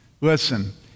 Listen